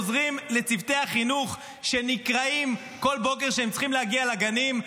אתם עוזרים לצוותי החינוך שנקרעים בכל בוקר כשהם צריכים להגיע לגנים?